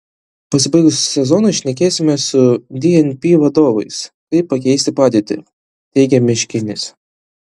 pasibaigus sezonui šnekėsime su dnp vadovais kaip pakeisti padėtį teigia miškinis